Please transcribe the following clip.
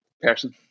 person